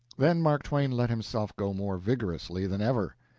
then mark twain let himself go more vigorously than ever.